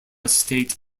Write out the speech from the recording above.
state